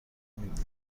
میبود